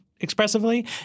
expressively